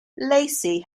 lacy